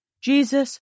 Jesus